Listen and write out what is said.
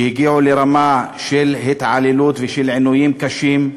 שהגיעו לרמה של התעללות ושל עינויים קשים,